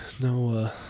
no